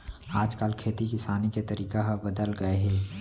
आज काल खेती किसानी के तरीका ह बदल गए हे